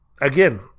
again